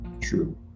True